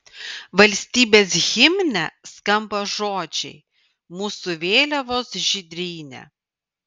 valstybės himne skamba žodžiai mūsų vėliavos žydrynė